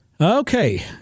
Okay